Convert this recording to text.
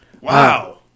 Wow